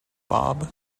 bob